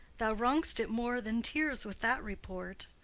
thou wrong'st it more than tears with that report.